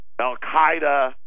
Al-Qaeda